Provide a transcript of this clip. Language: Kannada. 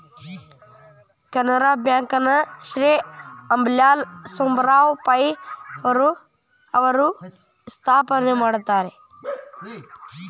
ಕೆನರಾ ಬ್ಯಾಂಕ ನ ಶ್ರೇ ಅಂಬೇಲಾಲ್ ಸುಬ್ಬರಾವ್ ಪೈ ಅವರು ಸ್ಥಾಪನೆ ಮಾಡ್ಯಾರ